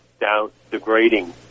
down-degrading